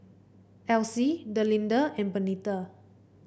Alcie Delinda and Bernita